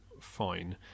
fine